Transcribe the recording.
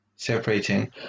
Separating